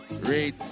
Great